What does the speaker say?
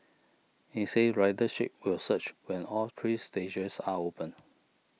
he said ridership will surge when all three stages are open